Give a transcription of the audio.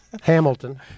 Hamilton